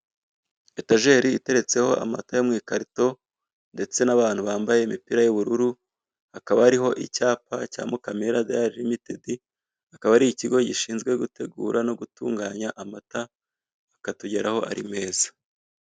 Etajeri iteretseho amata yo mu ikarito ndetse n'abantu bambaye imipira y'ubururu, hakaba hari icyapa cya Mukamira Dairy Limited, akaba ari ikigo gishinzwe gutegura no gutunganya amata akatugeraho ari meza.